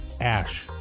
ash